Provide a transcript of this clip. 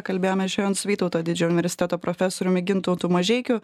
kalbėjome šiandien su vytauto didžiojo universiteto profesoriumi gintautu mažeikiu